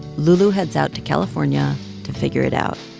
lulu heads out to california to figure it out